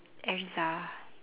erza